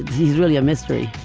he's really a mystery.